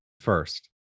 first